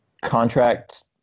contract